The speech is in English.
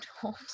told